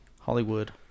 Hollywood